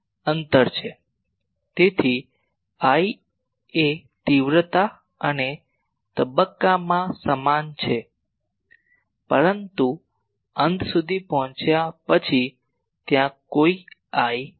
તેથી I એ તીવ્રતા અને તબક્કામાં સમાન છું પરંતુ અંત સુધી પહોંચ્યા પછી ત્યાં કોઈ I નથી